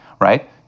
right